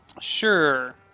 Sure